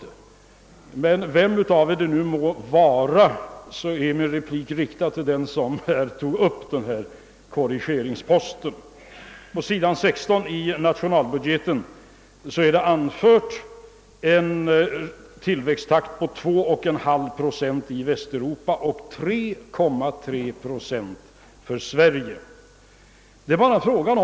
I den reviderade nationalbudgeten i Kungl. Maj:ts proposition nr 125 återfinns på s. 16 en tabell där man kan avläsa en tillväxttakt på 2,5 procent i Västeuropa och 3,3 procent för Sverige.